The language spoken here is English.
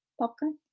Popcorn